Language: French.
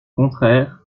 contraire